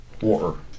Water